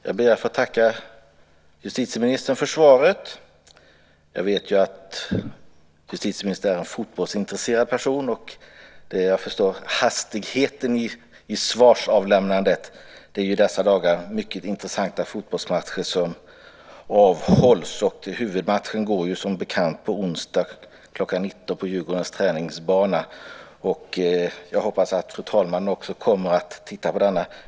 Fru talman! Jag ber att få tacka justitieministern för svaret. Jag vet att justitieministern är en fotbollsintresserad person, och jag förstår därför hastigheten i svarsavlämnandet. Det är i dessa dagar mycket intressanta fotbollsmatcher som avhålls. Och huvudmatchen går som bekant på onsdag kl. 19 på Djurgårdens träningsanläggning. Jag hoppas att fru talmannen också kommer att titta på den.